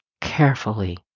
carefully